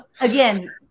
Again